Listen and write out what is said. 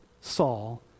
Saul